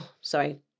Sorry